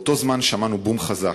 בדיוק באותו הזמן שמענו בום חזק.